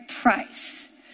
price